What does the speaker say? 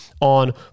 On